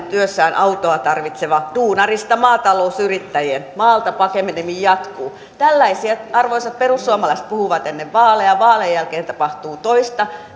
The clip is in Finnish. työssään autoa tarvitseva duunarista maatalousyrittäjiin maalta pakeneminen jatkuu tällaisia arvoisat perussuomalaiset puhuivat ennen vaaleja vaalien jälkeen tapahtuu toista